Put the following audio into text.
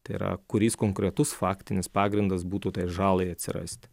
tai yra kuris konkretus faktinis pagrindas būtų tai žalai atsirasti